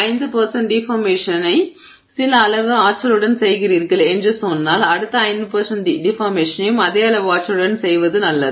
5 டிஃபார்மேஷனை சில அளவு ஆற்றலுடன் செய்கிறீர்கள் என்று சொன்னால் அடுத்த 5 டிஃபார்மேஷனையும் அதே அளவு ஆற்றலுடன் செய்வது நல்லது